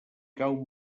cau